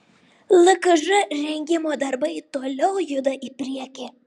lkž rengimo darbai toliau juda į priekį